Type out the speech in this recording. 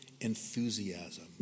enthusiasm